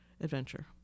adventure